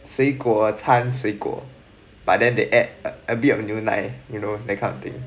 水果掺水果 but then they add a bit of 牛奶 you know that kind of thing